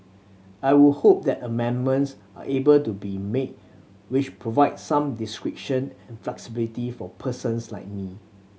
I would hope that amendments are able to be made which provide some discretion and flexibility for persons like me